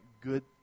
good